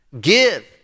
Give